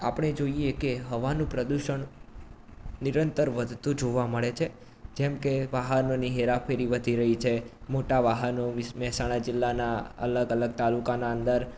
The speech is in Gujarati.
આપણે જોઈએ કે હવાનું પ્રદુષણ નિરંતર વધતું જોવા મળે છે જેમ કે વાહનોની હેરાફેરી વધી રહી છે મોટા વાહનો વિસ મહેસાણા જિલ્લાના અલગ અલગ તાલુકાના અંદર